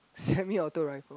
send me auto rifle